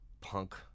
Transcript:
punk